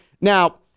Now